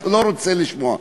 אתה לא רוצה לשמוע,